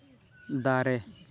ᱫᱟᱨᱮ